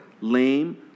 lame